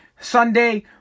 Sunday